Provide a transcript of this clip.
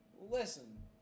Listen